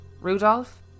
Rudolph